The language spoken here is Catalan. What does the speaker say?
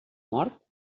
mort